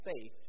faith